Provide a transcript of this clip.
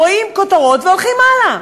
רואים כותרות והולכים הלאה.